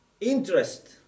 interest